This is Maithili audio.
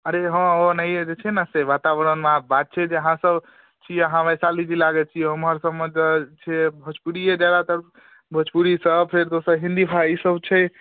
अरे हँ ओ ओनाहिए जे छै ने से वातावरणमे आब बात छै जे अहाँसभ छियै अहाँ वैशाली जिलाके छियै ओमहर सभमे तऽ छियै भोजपुरिए ज्यादातर भोजपुरीसँ फेर दोसर हिन्दी भा ईसभ छै